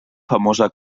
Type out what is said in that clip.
famosa